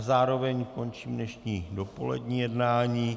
Zároveň končím dnešní dopolední jednání.